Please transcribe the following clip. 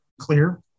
clear